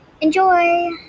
Enjoy